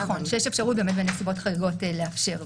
נכון, שיש אפשרות בנסיבות חריגות לאפשר לו.